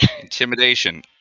Intimidation